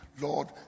Lord